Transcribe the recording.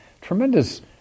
tremendous